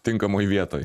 tinkamoj vietoj